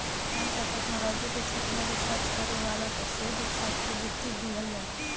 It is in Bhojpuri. साइंस आ टेक्नोलॉजी के क्षेत्र में रिसर्च करे वाला के शोध छात्रवृत्ति दीहल जाला